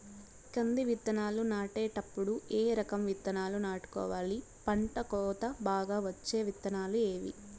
కంది విత్తనాలు నాటేటప్పుడు ఏ రకం విత్తనాలు నాటుకోవాలి, పంట కోత బాగా వచ్చే విత్తనాలు ఏవీ?